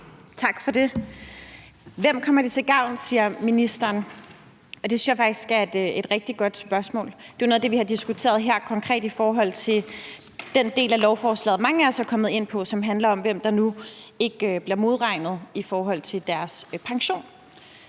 Tak for det. Hvem kommer det til gavn? spørger ministeren, og det synes jeg er et rigtig godt spørgsmål. Det er jo noget af det, vi har diskuteret her konkret i forhold til den del af lovforslaget, som mange af os er kommet ind på, og som handler om, hvem der nu ikke bliver modregnet i forhold til deres pension.